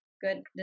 good